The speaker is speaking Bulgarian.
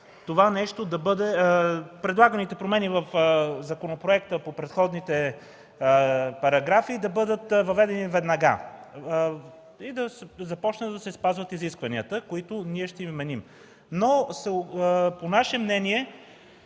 няма никакъв проблем предлаганите промени в законопроекта по предходните параграфи да бъдат въведени веднага и да започнат да се спазват изискванията, които ние ще им вменим. По наше мнение